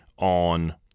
on